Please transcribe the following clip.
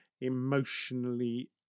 emotionally